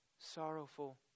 sorrowful